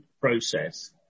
process